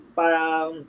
parang